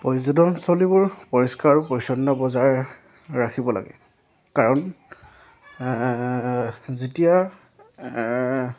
পৰ্যটন স্থলীবোৰ পৰিষ্কাৰ আৰু পৰিচ্ছন্ন বজাই ৰাখিব লাগে কাৰণ যেতিয়া